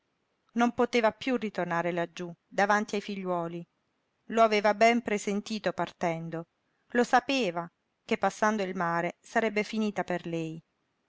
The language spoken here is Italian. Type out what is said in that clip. non poteva piú ritornare laggiú davanti ai figliuoli lo aveva ben presentito partendo lo sapeva che passando il mare sarebbe finita per lei